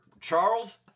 Charles